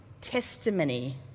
testimony